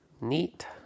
Neat